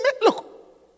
Look